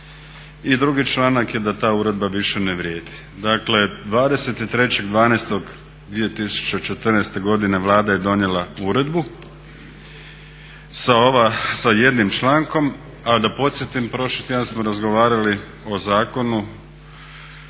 I 2. članak je da ta uredba više ne vrijedi. Dakle, 23.12.2014. godine Vlada je donijela uredbu sa jednim člankom, a da podsjetim prošli tjedan smo razgovarali o zakonu